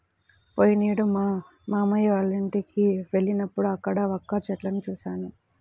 పోయినేడు మా మావయ్య వాళ్ళింటికి వెళ్ళినప్పుడు అక్కడ వక్క చెట్లను చూశాను